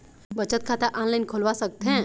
बचत खाता ऑनलाइन खोलवा सकथें?